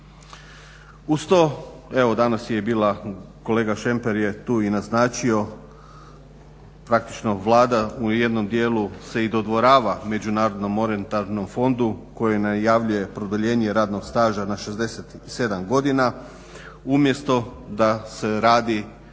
Uz to evo danas je i bila, kolega Šemper je tu i naznačio, praktično Vlada u jednom dijelu se i dodvorava Međunarodnom monetarnom fondu koji najavljuje produljenje radnog staža na 67 godina umjesto da se radi